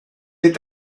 est